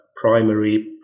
primary